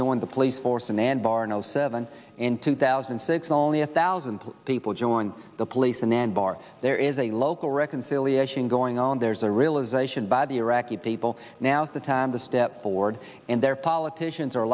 joined the police force in anbar no seven in two thousand and six only a thousand people joined the police and then bar there is a local reconciliation going on there's a realisation by the iraqi people now the time to step forward and their politicians are